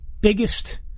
biggest